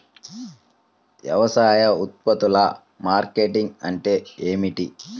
వ్యవసాయ ఉత్పత్తుల మార్కెటింగ్ అంటే ఏమిటి?